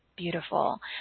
beautiful